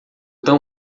tão